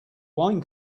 wine